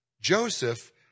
Joseph